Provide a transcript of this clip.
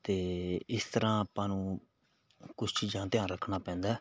ਅਤੇ ਇਸ ਤਰ੍ਹਾਂ ਆਪਾਂ ਨੂੰ ਕੁਛ ਚੀਜ਼ਾਂ ਦਾ ਧਿਆਨ ਰੱਖਣਾ ਪੈਂਦਾ